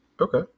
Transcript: Okay